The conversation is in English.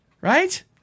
Right